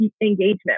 engagement